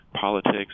politics